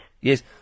Yes